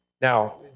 Now